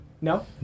No